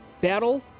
battle